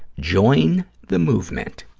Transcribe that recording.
join the movement.